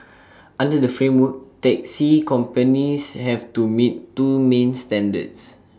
under the framework taxi companies have to meet two main standards